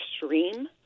extreme